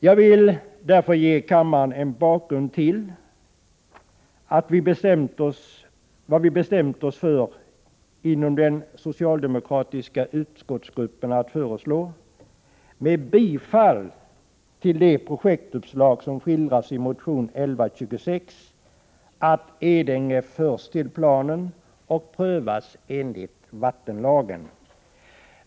Jag vill därför ge kammaren en bakgrund till vad vi inom den socialdemokratiska utskottsgruppen bestämt oss för att föreslå med bifall till det projektuppslag som skildras i motion 1126 att Edänge förs till planen och prövas enligt vattenlagen.